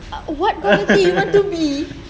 what bubble tea you want to be